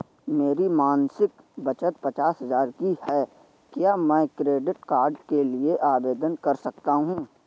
मेरी मासिक बचत पचास हजार की है क्या मैं क्रेडिट कार्ड के लिए आवेदन कर सकता हूँ?